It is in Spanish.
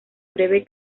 breve